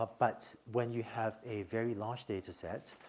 ah but when you have a very large data-set,